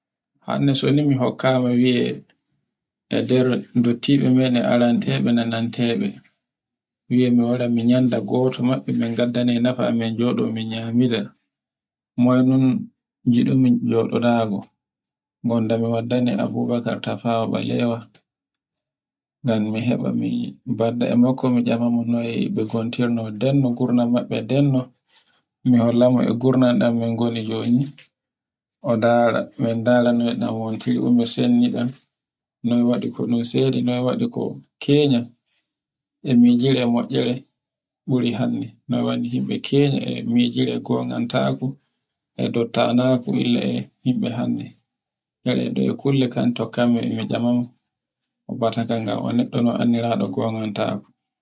Anna so ni mi hikka ma wie e nder dottibe meden aren tebe nentebe mi wiya mi wara min nyamda a goto maɓɓe mi gadda ne nefan min joɗo min nyamira moynun njudumin joɗa, gonda mi waddane Abubakar Tafawa Balewa. Ngam mi heɓa mi emamo not be ngontirno, nden mo hollanmo e ngurnan dan min goni joni, dara, mo ndara noy un wontiri, noy waɗi ko kenya, e minjira e me ira e maiire ɓuri hande, noy woni yimɓe kenna e ngonnan taako e ndotta naako yimɓe hannde.